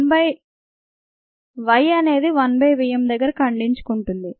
y అనేది 1 by vm దగ్గర ఖండించుకుంటుంది